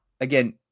again